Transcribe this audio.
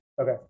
Okay